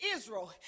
Israel